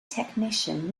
technician